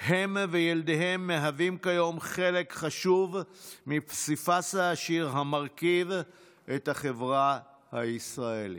הם וילדיהם מהווים כיום חלק חשוב מפסיפס עשיר המרכיב את החברה הישראלית.